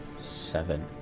seven